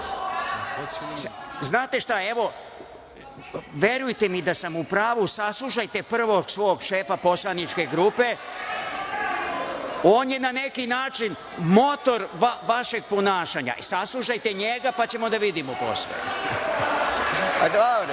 pravo. Znate šta? Evo, verujte mi da sam u pravu, saslušajte prvog svog šefa poslaničke grupe, on je na neki način motor vašeg ponašanja. Saslušajte njega, pa ćemo da vidimo posle. Pazite,